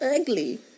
ugly